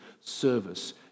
Service